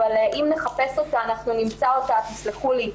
אבל אם נחפש אותה אנחנו נמצא אותה תסלחו לי,